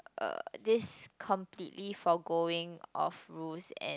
uh this completely forgoing of rules and